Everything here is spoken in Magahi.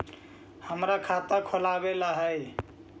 हमरा खाता खोलाबे ला है?